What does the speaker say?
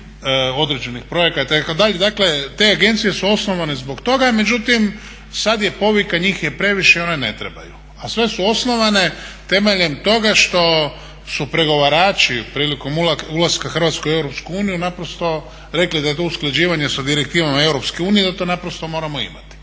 određenih projekata. Dakle te agencije su osnovane zbog toga. Međutim, sada je povika njih je previše i one ne trebaju. A sve su osnovane temeljem toga što su pregovarači prilikom ulaska Hrvatske u Europsku uniju naprosto rekli da je to usklađivanje sa direktivama Europske unije i da to naprosto moramo imati.